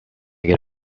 get